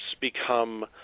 become